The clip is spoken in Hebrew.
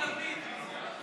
מאיר כהן לסעיף 1